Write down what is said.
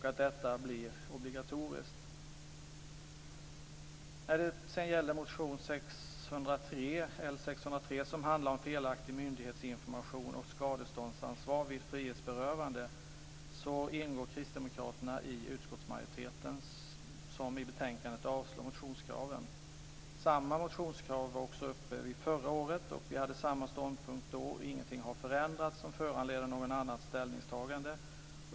När det gäller motion L603, som handlar om felaktig myndighetsinformation och skadeståndsansvar vid frihetsberövanden, ingår kristdemokraterna i utskottsmajoriteten som i betänkandet avstyrker motionskraven. Samma motionskrav togs också upp förra året, och vi hade samma ståndpunkt då. Ingenting har förändrats som föranleder något annat ställningstagande.